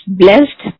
blessed